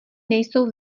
nejsou